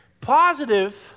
Positive